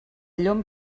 llom